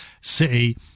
City